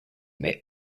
may